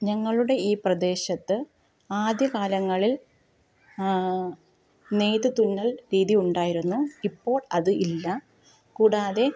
ഞങ്ങളുടെ ഈ പ്രദേശത്ത് ആദ്യ കാലങ്ങളിൽ നെയ്ത് തുന്നൽ രീതി ഉണ്ടായിരുന്നു ഇപ്പോൾ അത് ഇല്ല കൂടാതെ